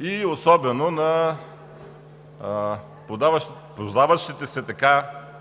и особено на поддаващите се